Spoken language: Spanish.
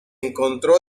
encontró